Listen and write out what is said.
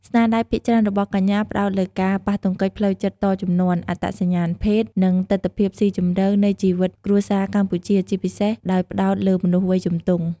ស្នាដៃភាគច្រើនរបស់កញ្ញាផ្ដោតលើការប៉ះទង្គិចផ្លូវចិត្តតជំនាន់ អត្តសញ្ញាណភេទ និងទិដ្ឋភាពស៊ីជម្រៅនៃជីវិតគ្រួសារកម្ពុជា ជាពិសេសដោយផ្ដោតលើមនុស្សវ័យជំទង់។